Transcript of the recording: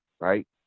right